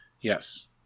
Yes